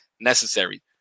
necessary